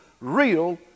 real